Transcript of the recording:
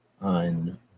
on